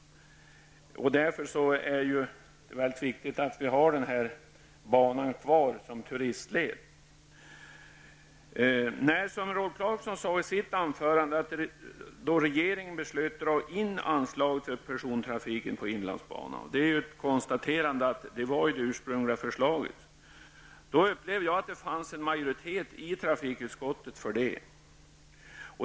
Det är alltså viktigt att vi har banan kvar som turistled. När regeringen, som Rolf Clarkson sade i sitt inlägg, beslöt dra in anslaget till persontrafiken på inlandsbanan -- det är ett konstaterande att det var det ursprungliga förslaget -- upplevde jag att det i trafikutskottet fanns en majoritet för det.